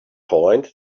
point